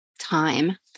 time